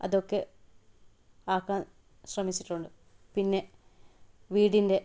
അതൊക്കെ ആക്കാൻ ശ്രമിച്ചിട്ടുണ്ട് പിന്നെ വീടിൻ്റെ